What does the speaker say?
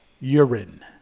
Urine